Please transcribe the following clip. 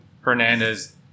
Hernandez